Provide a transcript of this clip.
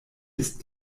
ist